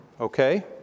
Okay